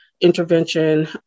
intervention